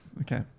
Okay